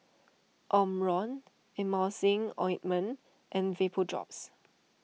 Omron Emulsying Ointment and Vapodrops